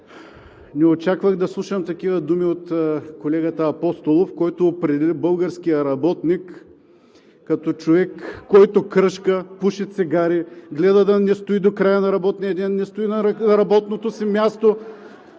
Не очаквах да слушам такива думи от колегата Апостолов, който определи българския работник като човек, който кръшка, пуши цигари, гледа да не стои до края на работния ден, не стои на работното си място.